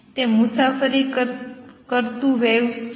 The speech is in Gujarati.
તે મુસાફરી કરતાં વેવ્સ છે